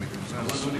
ההצעה להעביר